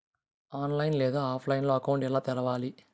online లేదా ఆఫ్లైన్లో account ఎలా తెరవాలి